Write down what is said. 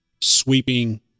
sweeping